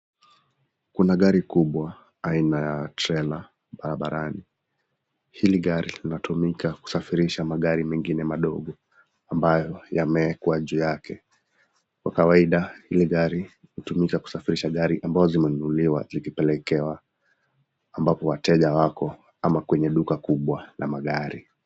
Kuna gari kubwa aina ya trela barabarani , hili gari linatumika kusafirisha magari mengine madogo ambayo yamewekwa juu yake. Kwa kawaida hili gari hutumika kusafirisha gari ambazo zimenunuliwa zikipelekewa ambapo wateja wako ama kwenye duka kubwa la magari.